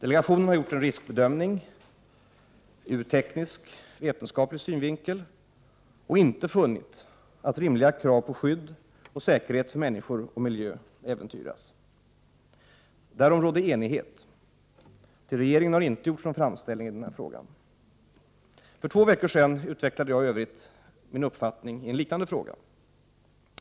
Delegationen har gjort en riskbedömning ur teknisk, vetenskaplig synvinkel och inte funnit att rimliga krav på skydd och säkerhet för människor och miljö äventyras. Därom rådde enighet. Till regeringen har inte gjorts någon framställning i den här frågan. För två veckor sedan utvecklade jag i övrigt min uppfattning i en liknande fråga.